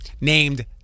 named